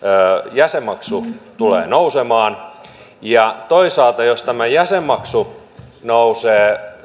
jäsenmaksu tulee nousemaan toisaalta jos tämä jäsenmaksu nousee